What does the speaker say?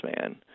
man